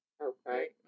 Okay